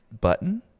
button